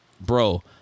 bro